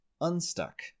unstuck